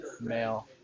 male